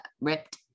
ripped